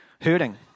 hurting